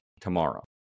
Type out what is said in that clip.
tomorrow